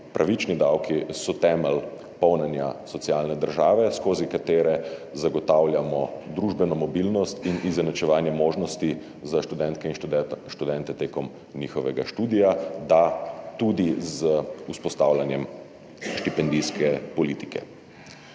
pravični davki so temelj polnjenja socialne države, skozi katere zagotavljamo družbeno mobilnost in izenačevanje možnosti za študentke in študente med njihovim študijem, da, tudi z vzpostavljanjem štipendijske politike.